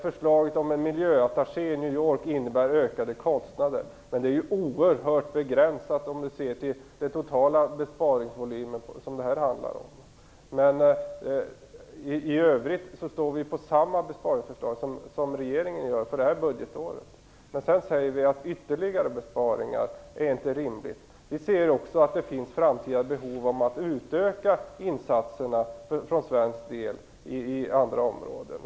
Förslaget om en miljöattaché i New York innebär ökade kostnader, men de är oerhört begränsade om man ser till den totala besparingsvolymen. I övrigt står vi på samma besparingsförslag som regeringen gör för detta budgetår. Men vi säger att ytterligare besparingar inte är rimliga. Vi ser också att det finns framtida behov av att utöka insatserna från svensk sida i andra områden.